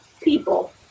people